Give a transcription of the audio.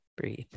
breathe